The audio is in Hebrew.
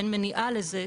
אין מניעה לזה.